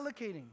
allocating